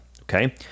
okay